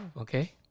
Okay